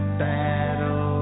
battle